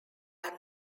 are